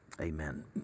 amen